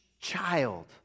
child